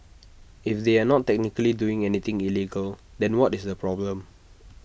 if they are not technically doing anything illegal then what is the problem